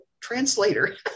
translator